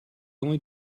only